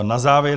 Na závěr.